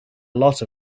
lot